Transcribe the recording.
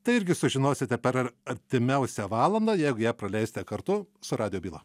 tai irgi sužinosite per artimiausią valandą jeigu ją praleisite kartu su radijo byla